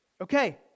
Okay